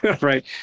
right